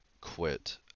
quit